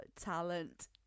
Talent